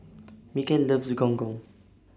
Mikel loves Gong Gong